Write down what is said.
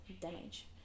damage